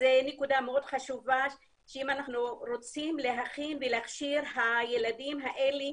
זו נקודה מאוד חשובה שאם אנחנו רוצים להכין ולהכשיר את הילדים האלה,